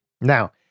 Now